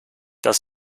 das